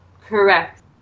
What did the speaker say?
Correct